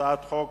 הצעת חוק